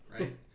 right